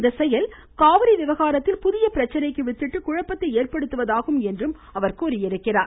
இச்செயல் காவிரி விவகாரத்தில் புதிய பிரச்சனைக்கு வித்திட்டு குழப்பத்தை ஏற்படுத்துவதாகும் என்றும் கூறியிருக்கிறார்